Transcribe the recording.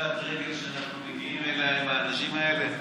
פשיטת הרגל שאנחנו מגיעים אליה עם האנשים האלה.